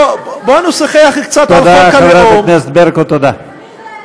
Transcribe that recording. אפילו לא שירות לאומי לגבי האוכלוסייה שלך,